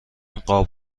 قاب